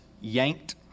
yanked